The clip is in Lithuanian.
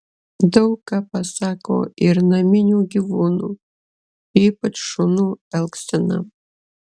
daug ką pasako ir naminių gyvūnų ypač šunų elgsena